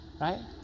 right